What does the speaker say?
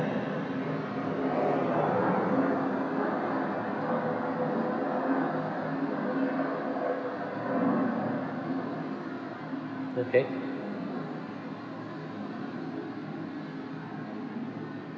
okay